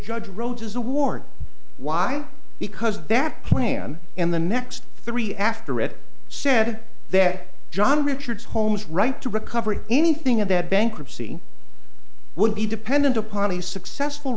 judge rhodes as a warning why because that plan and the next three after it said that john richard's homes right to recovery anything of that bankruptcy would be dependent upon a successful